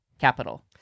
capital